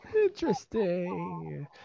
Interesting